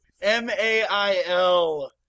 M-A-I-L